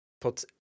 put